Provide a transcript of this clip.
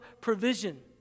provision